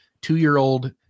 Two-year-old